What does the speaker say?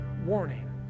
warning